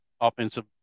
offensive